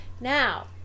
now